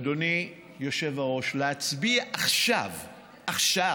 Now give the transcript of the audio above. אדוני היושב-ראש, להצביע עכשיו עכשיו